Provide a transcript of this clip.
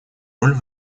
роль